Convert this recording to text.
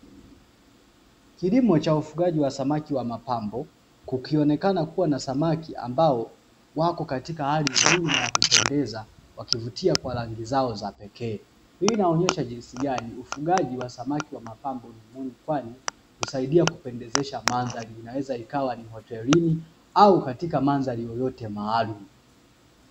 Kilimo cha ufugaji wa samaki wa mapambo kukionekana kuwa na samaki ambao wako katika hali nzuri na yakupendeza wakivutia kwa rangi zao za pekee, inaonyesha jinsi gani ufugaji wa samaki wa mapambano ni muhimu kwani kusaidia kupendezesha mandhari inaweza ikawa ni hotelini au katika mandhari yote maalumu.